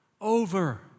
over